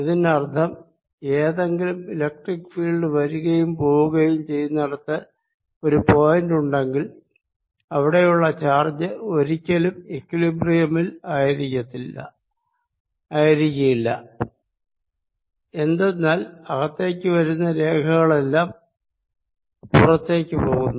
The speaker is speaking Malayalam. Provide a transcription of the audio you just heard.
ഇതിനർത്ഥം ഏതെങ്കിലും ഇലക്ട്രിക്ക് ഫീൽഡ് വരികയും പോവുകയും ചെയ്യുന്നിടത് ഒരു പോയിന്റ് ഉണ്ടെങ്കിൽ അവിടെയുള്ള ചാർജ് ഒരിക്കലും ഇക്വിലിബ്രിയമിൽ ആയിരിക്കുകയില്ല എന്തെന്നാൽ അകത്തേക്ക് വരുന്ന രേഖകളെല്ലാം പുറത്തു പോകുന്നു